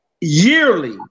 yearly